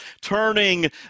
turning